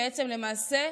למעשה,